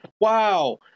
Wow